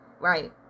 right